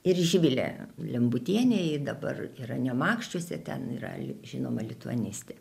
ir živilė lembutienė dabar yra nemakščiuose ten yra žinoma lituanistė